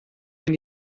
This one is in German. wenn